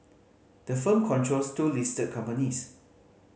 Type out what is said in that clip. the firm controls two listed companies